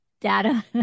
data